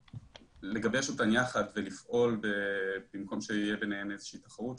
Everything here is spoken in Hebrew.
לגבש אותן יחד ולפעול כך שבמקום שתהיה ביניהן איזושהי תחרות,